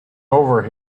over